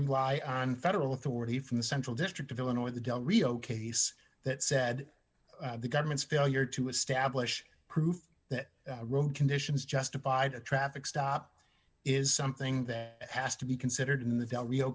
rely on federal authority from the central district of illinois the del rio case that said the government's failure to establish proof that road conditions justified a traffic stop is something that has to be considered in the bell rio